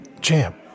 Champ